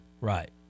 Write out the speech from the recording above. Right